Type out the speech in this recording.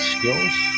Skills